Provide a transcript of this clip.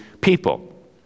people